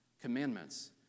commandments